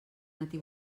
matí